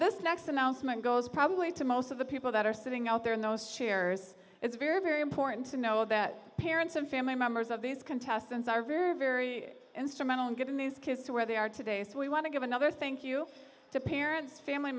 this next announcement goes probably to most of the people that are sitting out there in those chairs it's very very important to know that parents and family members of these contestants are very very instrumental in getting these kids to where they are today so we want to give another thank you to parents family